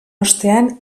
ostean